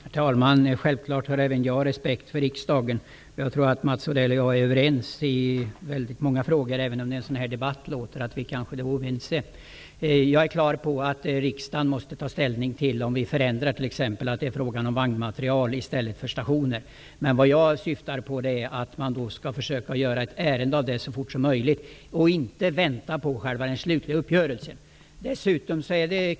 Herr talman! Självklart har även jag respekt för riksdagen. Jag tror att Mats Odell och jag är överens i många frågor, även om det i en sådan här debatt låter som om vi är oense. Jag är klar över att riksdagen måste ta ställning till om vi ändrar oss från stationer till vagnmateriel. Men vad jag syftar på är att man bör försöka göra ett ärende av det så fort som möjligt och inte vänta på den slutliga uppgörelsen.